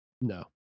No